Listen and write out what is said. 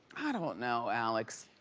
i don't know alex.